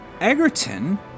Egerton